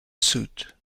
suit